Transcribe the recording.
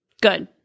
good